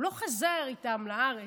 הוא לא חזר איתם לארץ.